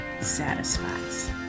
satisfies